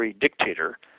dictator